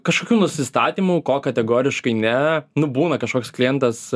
kažkokių nusistatymų ko kategoriškai ne nu būna kažkoks klientas